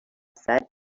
said